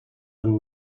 than